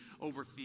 over